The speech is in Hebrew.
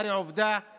הרי העובדה היא